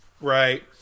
Right